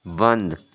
بند